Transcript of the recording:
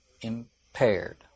impaired